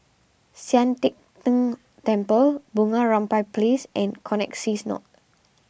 Sian Teck Tng Temple Bunga Rampai Place and Connexis North